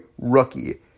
rookie